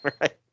Right